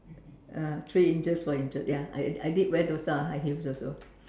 uh three inches four inches ya I I did wear those kind of high heels also